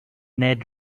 ned